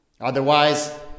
Otherwise